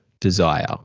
desire